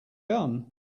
gun